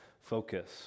focus